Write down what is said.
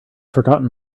forgotten